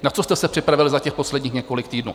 Na co jste se připravili za těch posledních několik týdnů?